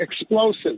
explosives